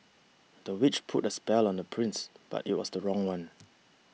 the witch put a spell on the prince but it was the wrong one